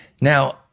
Now –